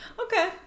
Okay